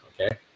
okay